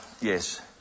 yes